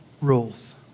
rules